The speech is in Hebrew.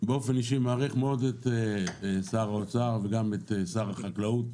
באופן אישי אני מעריך מאוד את שר האוצר ואת שר החקלאות